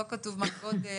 לא כתוב מה הגודל,